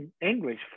english